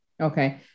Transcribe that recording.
Okay